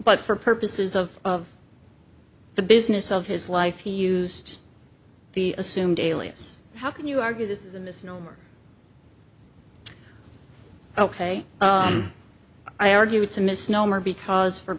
but for purposes of the business of his life he used the assumed alias how can you argue this is a misnomer ok i argue it's a misnomer because for